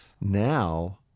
Now